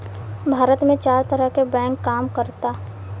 भारत में चार तरह के बैंक काम करऽता